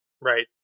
right